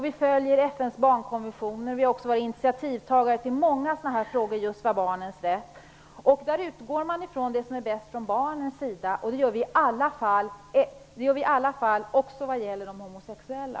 Vi följer FN:s barnkonvention, och vi har varit initiativtagare i många frågor som har gällt barnens rätt. Vi utgår i alla fall från vad som är bäst för barnen, och det gäller också i fråga om de homosexuella.